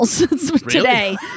today